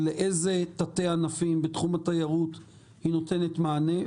לאיזה תתי ענפים בתחום התיירות היא נותנת מענה,